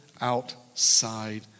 outside